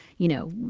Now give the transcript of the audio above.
you know,